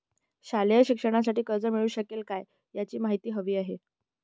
शालेय शिक्षणासाठी कर्ज मिळू शकेल काय? याची माहिती हवी आहे